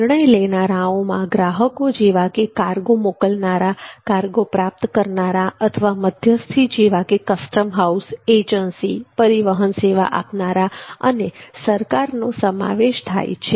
નિર્ણય લેનારાઓમાં ગ્રાહકો જેવા કે કાર્ગો મોકલનારા કાર્ગો પ્રાપ્ત કરનારા અથવા મધ્યસ્થી જેવા કે કસ્ટમ હાઉસ એજન્સી પરિવહન સેવા આપનારા અને સરકાર નો સમાવેશ થાય છે